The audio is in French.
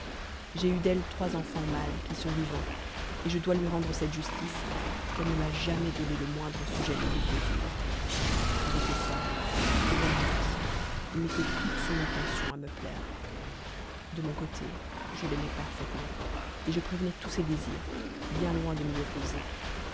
j'ai eu d'elle trois enfants mâles qui sont vivants et je dois lui rendre cette justice qu'elle ne m'a jamais donné le moindre sujet de déplaisir elle était sage de bonnes moeurs et mettait toute son attention à me plaire de mon côté je l'aimais parfaitement et je prévenais tous ses désirs bien loin de m'y opposer